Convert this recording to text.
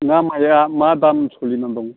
दा माइआ मा दाम सोलिना दं